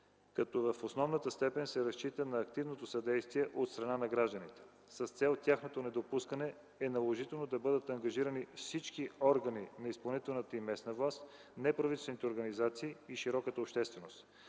като основно се разчита на активното съдействие от страна на гражданите. С цел тяхното недопускане е наложително да бъдат ангажирани всички органи на изпълнителната и местна власт, неправителствените организации и широката общественост.